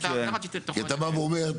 כי אתה בא ואומר,